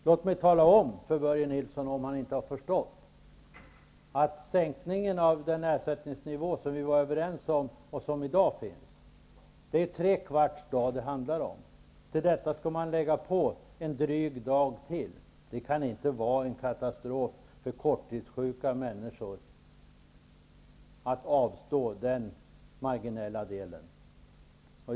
Låt mig tala om för Börje Nilsson, om han inte har förstått det, att den sänkning av ersättningsnivån som vi var överens om och som vi har i dag innebär tre kvarts dag. Till detta skall man lägga drygt en hel dag. Det kan inte vara en katastrof för korttidssjuka människor att avstå den marginella delen.